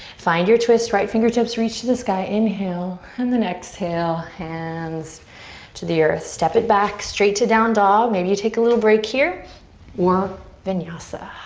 find your twist. right fingertips reach to the sky. inhale. and then exhale hands to the earth. step it back straight to down dog. maybe you take a little break here or vinyasa.